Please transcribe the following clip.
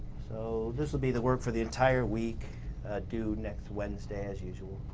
so this will be the work for the entire week due next wednesday as usual.